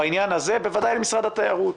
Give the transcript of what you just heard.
ובוודאי למשרד התיירות.